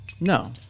No